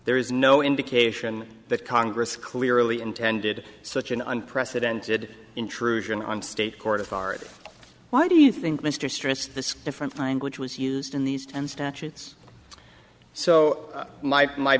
there is no indication that congress clearly intended such an unprecedented intrusion on state court authority why do you think mr stress this different language was used in these and statutes so m